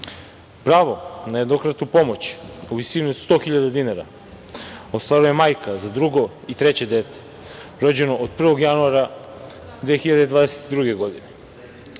na jednokratnu pomoć u visini od 100 hiljada dinara ostvaruje majka za drugo i treće dete, rođeno od 1. januara 2022. godine